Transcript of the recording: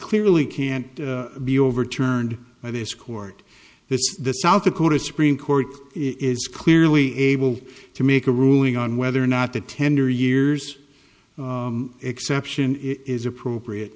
clearly can't be overturned by this court this is the south dakota supreme court is clearly able to make a ruling on whether or not the tender years exception is appropriate